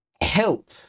help